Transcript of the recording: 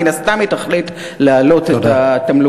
מן הסתם היא תחליט להעלות את התמלוגים